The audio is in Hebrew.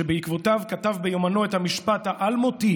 שבעקבותיו כתב ביומנו את המשפט האלמותי